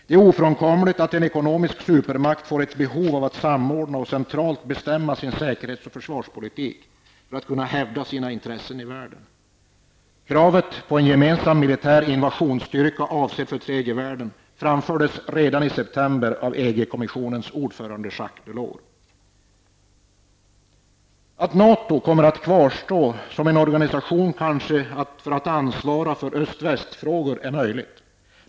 Det är ofrånkomligt att en ekonomisk supermakt känner ett behov av att samordna och centralt bestämma sin säkerhets och försvarspolitik för att kunna hävda sina intressen i världen. Kravet på en gemensam militär invasionsstyrka avsedd för tredje världen framfördes redan i september av EG Att NATO kommer att kvarstå som en organisation avsedd för att ansvara för öst--väst-frågor är möjligt.